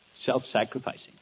self-sacrificing